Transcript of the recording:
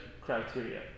criteria